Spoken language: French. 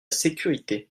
sécurité